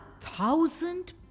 thousand